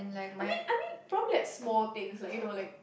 I mean I mean probably like small things like you know like